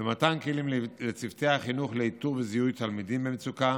ומתן כלים לצוותי החינוך לאיתור וזיהוי תלמידים במצוקה